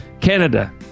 Canada